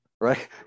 right